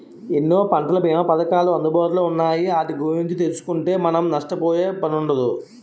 ఎన్నో పంటల బీమా పధకాలు అందుబాటులో ఉన్నాయి ఆటి గురించి తెలుసుకుంటే మనం నష్టపోయే పనుండదు